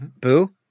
boo